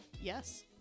Yes